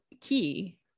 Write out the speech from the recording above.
key